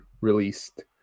released